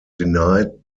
denied